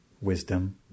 wisdom